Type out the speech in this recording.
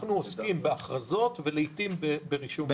אנחנו עוסקים בהכרזות ולעתים ברישום ראשון.